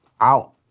Out